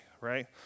right